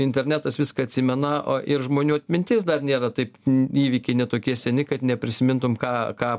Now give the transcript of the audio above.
internetas viską atsimena o ir žmonių atmintis dar nėra taip įvykiai ne tokie seni kad neprisimintum ką ką